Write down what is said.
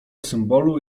symbolu